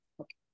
Okay